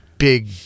Big